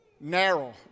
narrow